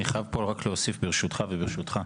אני חייב פה רק להוסיף ברשותך וברשותך,